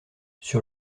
sur